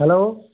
hello